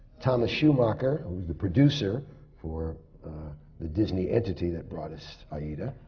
thomas schumacher, who is the producer for the disney entity that brought us aida.